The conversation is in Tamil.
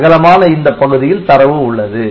அகலமான இந்த பகுதியில் தரவு உள்ளது